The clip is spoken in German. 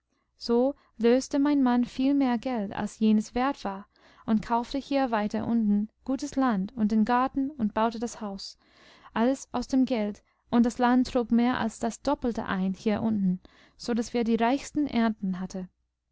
so löste mein mann viel mehr geld als jenes wert war und kaufte hier weiter unten gutes land und den garten und baute das haus alles aus dem geld und das land trug mehr als das doppelte ein hier unten so daß wir die reichsten ernten hatten